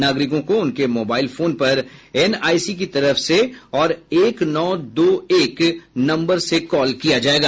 नागरिकों को उनके मोबाइल फोन पर एनआईसी की तरफ से और एक नौ दो एक नम्बर से कॉल किया जायेगा